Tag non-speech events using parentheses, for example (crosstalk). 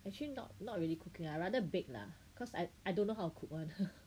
actually not not really cooking lah I'd rather bake lah cause I I don't know how to cook [one] (breath)